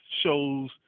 shows